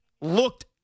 looked